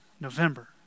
November